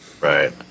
right